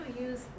use